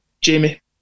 Jamie